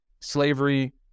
Slavery